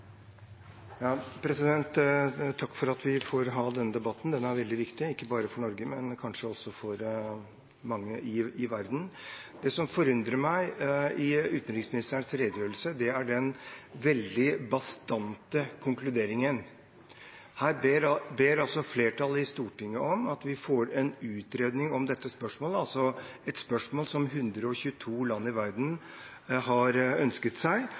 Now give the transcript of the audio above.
veldig viktig, ikke bare for Norge, men kanskje også for mange i verden. Det som forundrer meg i utenriksministerens redegjørelse, er den veldig bastante konkluderingen. Her ber flertallet i Stortinget om å få en utredning om dette spørsmålet, et spørsmål som 122 land i verden har ønsket.